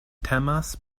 temas